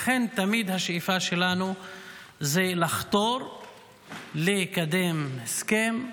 לכן תמיד השאיפה שלנו זה לחתור לקדם הסכם,